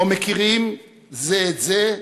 לא מכירים זה את זה,